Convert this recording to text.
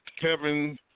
Kevin